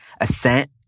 assent